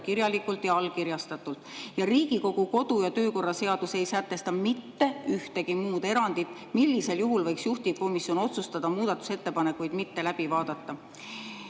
kirjalikult ja allkirjastatud. Riigikogu kodu‑ ja töökorra seadus ei ole sätestanud mitte ühtegi muud erandit, millisel juhul võiks juhtivkomisjon otsustada muudatusettepanekuid mitte läbi vaadata.